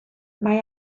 mae